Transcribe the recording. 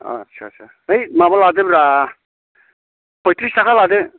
आच्चा आच्चा ओमफ्राय माबा लादोब्रा फयथ्रिस थाखा लादो